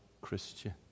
Christian